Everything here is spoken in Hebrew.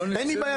אין לי בעיה,